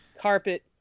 carpet